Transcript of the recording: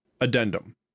Addendum